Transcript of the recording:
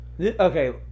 Okay